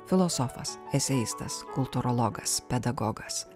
filosofas eseistas kultūrologas pedagogas